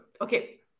Okay